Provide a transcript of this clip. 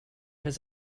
his